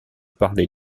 parlé